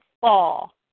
fall